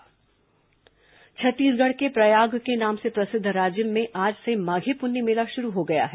माघी पुन्नी मेला छत्तीसगढ़ के प्रयाग के नाम से प्रसिद्ध राजिम में आज से माधी पुन्नी मेला शुरू हो गया है